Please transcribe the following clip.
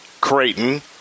Creighton